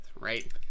right